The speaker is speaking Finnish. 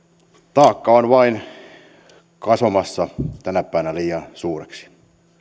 taakka on vain kasvamassa tänä päivänä liian suureksi